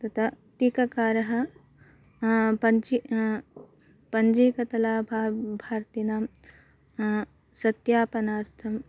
टीकाकारः पञ्ची पञ्जीकृतलाभार्थिनां सत्यापनार्थं